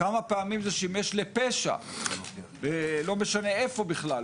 כמה פעמים זה שימש לפשע, לא משנה איפה בכלל?